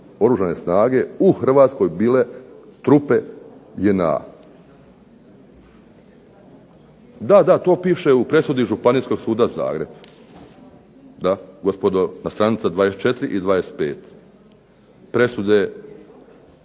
Oružane snage u Hrvatskoj bile trupe JNA." Da, da, to piše u presudi Županijskog suda Zagreb. Da gospodo, na stranici 24. i 25. presude